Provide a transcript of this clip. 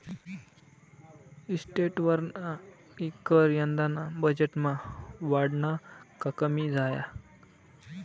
इस्टेटवरना कर यंदाना बजेटमा वाढना का कमी झाया?